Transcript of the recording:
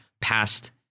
passed